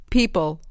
People